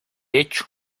hecho